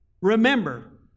Remember